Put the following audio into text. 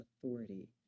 authority